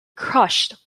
crushed